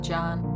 John